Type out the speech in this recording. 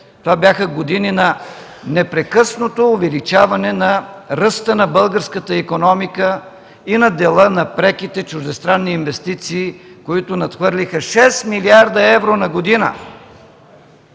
това бяха години на непрекъснато увеличаване на ръста на българската икономика и на дела на преките чуждестранни инвестиции, които надхвърлиха 6 млрд. евро на година.